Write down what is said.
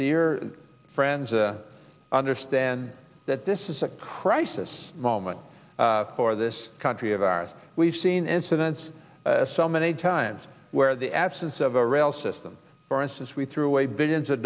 friends understand that this is a crisis moment for this country of ours we've seen incidents so many times where the absence of a rail system for instance we threw away billions of